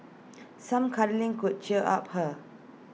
some cuddling could cheer up her